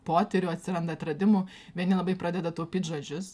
potyrių atsiranda atradimų vieni labai pradeda taupyt žodžius